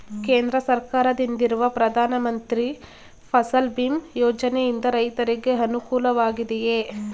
ಕೇಂದ್ರ ಸರ್ಕಾರದಿಂದಿರುವ ಪ್ರಧಾನ ಮಂತ್ರಿ ಫಸಲ್ ಭೀಮ್ ಯೋಜನೆಯಿಂದ ರೈತರಿಗೆ ಅನುಕೂಲವಾಗಿದೆಯೇ?